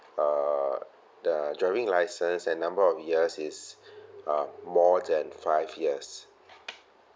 uh the driving licence and number of years is uh more than five years